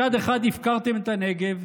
מצד אחד, הפקרתם את הנגב,